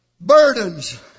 Burdens